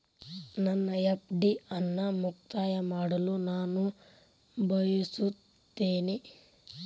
ನನ್ನ ಎಫ್.ಡಿ ಅನ್ನು ಮುಕ್ತಾಯ ಮಾಡಲು ನಾನು ಬಯಸುತ್ತೇನೆ